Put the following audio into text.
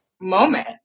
moment